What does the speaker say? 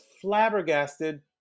flabbergasted